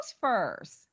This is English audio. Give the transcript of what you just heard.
first